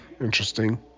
interesting